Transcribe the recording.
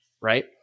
right